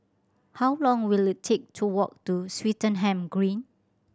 how long will it take to walk to Swettenham Green